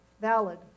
valid